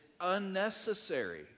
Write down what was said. unnecessary